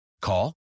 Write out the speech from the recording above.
Call